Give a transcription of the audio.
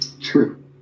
True